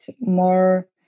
more